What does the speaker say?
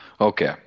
Okay